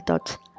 thoughts